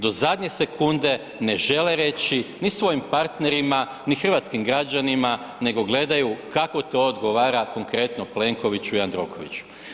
Do zadnje sekunde ne žele reći ni svojim partnerima, ni hrvatskim građanima nego gledaju kako to odgovara konkretno Plenkoviću i Jandrokoviću.